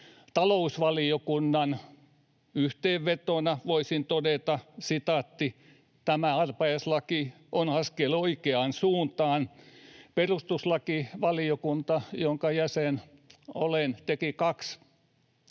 Talousvaliokunnan yhteenvetona voisin todeta: ”Tämä arpajaislaki on askel oikeaan suuntaan.” Perustuslakivaliokunta, jonka jäsen olen, teki kaksi